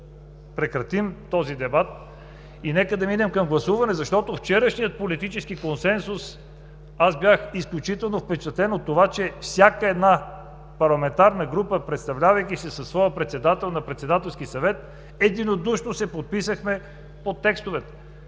прекратим този дебат и да минем към гласуване, защото от вчерашния политически консенсус бях изключително впечатлен от това, че всяка една парламентарна група, представлявайки се със своя председател на Председателския съвет, единодушно се подписахме под текстовете,